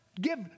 give